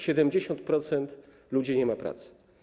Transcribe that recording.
70% ludzi nie ma pracy.